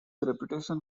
reputation